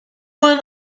one